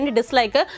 Dislike